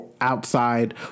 outside